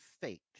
fate